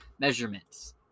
measurements